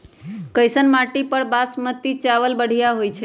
कैसन माटी पर बासमती चावल बढ़िया होई छई?